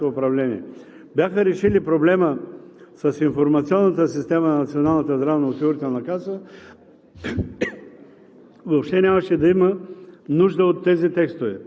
управляващите в лицето на ГЕРБ през всичките тези години на тяхното управление бяха решили проблема с информационната система на Националната здравноосигурителна каса,